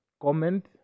comment